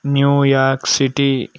New York city